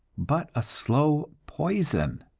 but a slow poison.